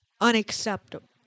Unacceptable